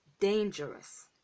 dangerous